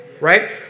right